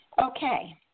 Okay